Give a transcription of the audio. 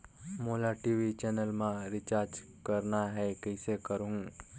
मोला TV channel मा recharge करना हे, कइसे करहुँ?